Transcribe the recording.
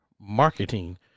marketing